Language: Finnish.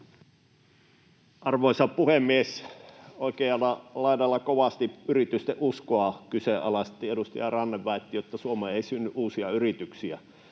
Arvoisa puhemies! Oikealla laidalla kovasti kyseenalaistettiin yritysten uskoa. Edustaja Ranne väitti, että Suomeen ei synny uusia yrityksiä.